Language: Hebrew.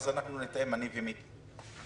אנחנו נתאם, אני ומיקי.